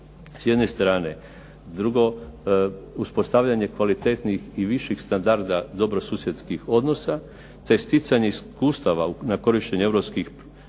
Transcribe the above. s jedne strane, drugo uspostavljanje kvalitetnih i viših standarda dobrosusjedskih odnosa te sticanje iskustava na korištenje europskih pretpristupnih